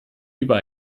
über